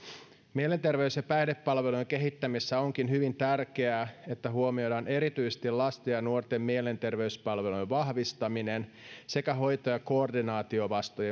mielenterveys ja päihdepalvelujen kehittämisessä onkin hyvin tärkeää että huomioidaan erityisesti lasten ja nuorten mielenterveyspalvelujen vahvistaminen sekä hoito ja koordinaatiovastuun